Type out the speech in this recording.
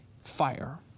fire